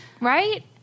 Right